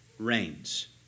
Reigns